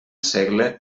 segle